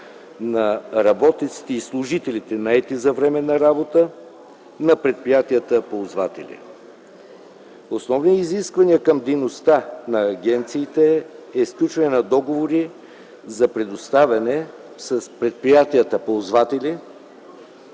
на работниците и служителите, наети за временна работа, на предприятията-ползватели. Основни изисквания към дейността на агенциите са сключване на договори за предоставяне с предприятията-ползватели